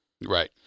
right